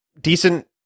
decent